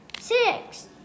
six